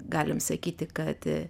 galim sakyti kad